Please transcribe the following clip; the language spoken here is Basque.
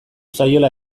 zaiola